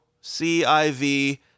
C-I-V